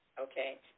Okay